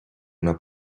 una